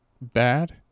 bad